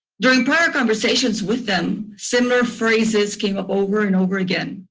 during prior conversations with them similar phrases came up over and over again.